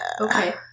Okay